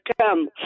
come